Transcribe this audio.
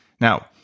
Now